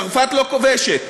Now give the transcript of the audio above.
צרפת לא כובשת,